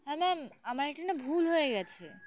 হ্যাঁ ম্যাম আমার একটা না ভুল হয়ে গিয়েছে